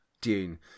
Dune